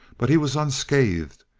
but he was unscathed,